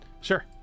sure